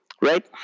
right